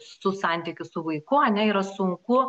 su santykiu su vaiku ane yra sunku